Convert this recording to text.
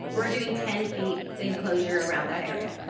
we're doing ten feet enclosure around that area.